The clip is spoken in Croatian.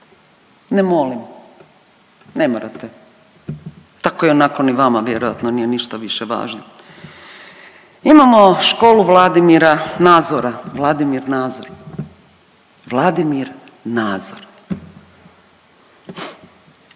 Ne molim. Ne morate, tako i onako ni vama vjerojatno nije ništa više važno. Imamo Školu Vladimira Nazora, Vladimir Nazor, Vladimir Nazor,